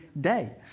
day